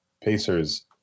Pacers